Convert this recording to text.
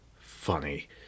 funny